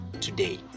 today